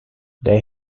they